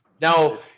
Now